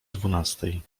dwunastej